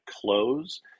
close